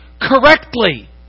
correctly